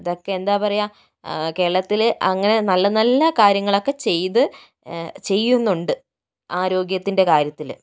അതൊക്കെ എന്താ പറയുക കേരളത്തിൽ അങ്ങനെ നല്ല നല്ല കാര്യങ്ങളൊക്കെ ചെയ്ത് ചെയ്യുന്നുണ്ട് ആരോഗ്യത്തിൻ്റെ കാര്യത്തില്